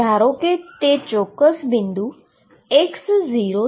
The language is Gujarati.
ધારો કે તે ચોક્કસ બિંદુx0 છે